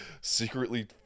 secretly